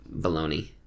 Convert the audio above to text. baloney